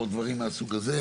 או דברים מהסוג הזה.